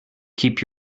keep